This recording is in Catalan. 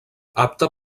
apte